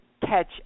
catch